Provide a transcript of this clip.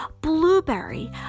blueberry